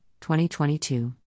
2022